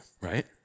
right